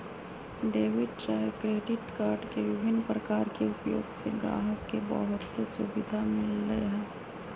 debit चाहे credit card के विभिन्न प्रकार के उपयोग से गाहक के बहुते सुभिधा मिललै ह